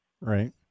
Right